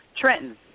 Trenton